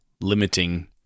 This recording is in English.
limiting